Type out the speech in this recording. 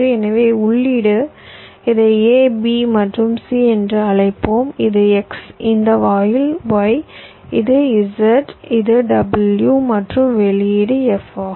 எனவே உள்ளீடு இதை a b மற்றும் c என்று அழைப்போம் இது x இந்த வாயில் y இது z இது w மற்றும் வெளியீடு f ஆகும்